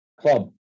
club